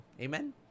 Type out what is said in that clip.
Amen